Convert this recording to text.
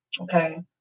Okay